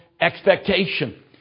expectation